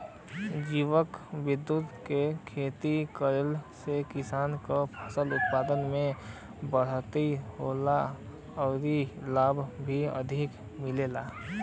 जैविक विधि से खेती करले से किसान के फसल उत्पादन में बढ़ोतरी होला आउर लाभ भी अधिक मिलेला